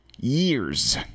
years